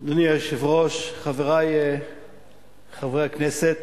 היושב-ראש, חברי חברי הכנסת,